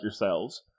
yourselves